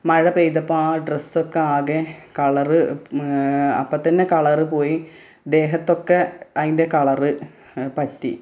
മഴ പെയ്തപ്പോൾ ആ ഡ്രസ്സൊക്കെ ആകെ കളറ് അപ്പോൾത്തന്നെ കളറ് പോയി ദേഹത്തൊക്കെ അതിൻ്റെ കളറ് പറ്റി